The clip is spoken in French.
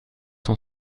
son